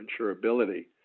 insurability